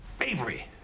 Avery